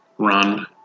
Run